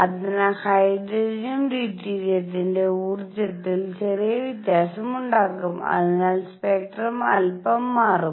അതിനാൽ ഹൈഡ്രജൻ ഡ്യൂറ്റീരിയത്തിന്റെ ഊർജ്ജത്തിൽ ചെറിയ വ്യത്യാസം ഉണ്ടാകും അതിനാൽ സ്പെക്ട്രം അൽപ്പം മാറും